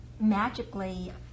magically